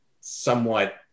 somewhat